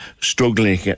struggling